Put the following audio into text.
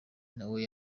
nawe